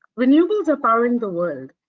renewables are firing the world.